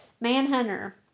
Manhunter